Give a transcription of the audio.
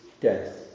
death